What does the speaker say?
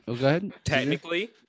technically